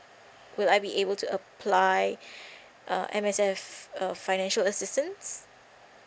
will I be able to apply uh M_S_F uh financial assistance